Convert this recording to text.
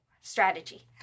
strategy